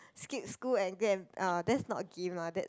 skip school and go and um that's not game lah that's